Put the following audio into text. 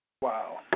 wow